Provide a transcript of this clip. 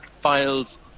Files